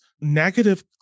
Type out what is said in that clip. negative